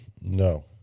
No